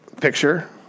picture